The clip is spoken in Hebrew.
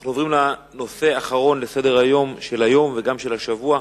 אנחנו עוברים לנושא האחרון בסדר-היום של היום וגם של השבוע: